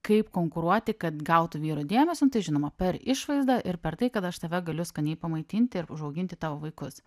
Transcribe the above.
kaip konkuruoti kad gautų vyro dėmesio nu tai žinoma per išvaizdą ir per tai kad aš tave galiu skaniai pamaitinti ir užauginti tavo vaikus